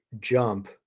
jump